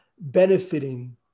benefiting